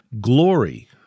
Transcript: glory